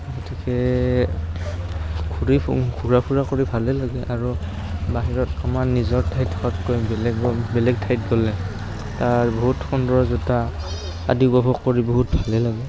গতিকে ঘূৰি ঘুৰা ফুৰা কৰি ভালেই লাগে আৰু বাহিৰত আমাৰ নিজৰ ঠাইত চোৱাতকৈ বেলেগ বেলেগ ঠাইত গ'লে তাৰ বহুত সৌন্দৰ্যতা আদি উপভোগ কৰি বহুত ভালেই লাগে